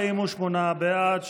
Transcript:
48 בעד.